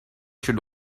should